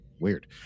Weird